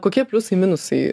kokie pliusai minusai